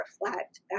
reflect